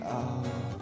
out